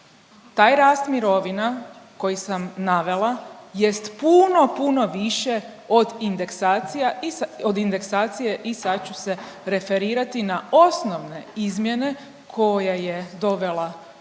Taj rast mirovina koji sam navela jest puno, puno više od indeksacija, od indeksacije i sad ću se referirati na osnovne izmjene koje je dovela